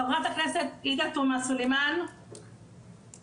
חברת הכנסת עאידה תומא סלימאן דיברה